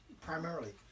primarily